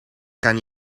kan